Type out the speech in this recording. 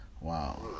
Wow